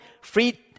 free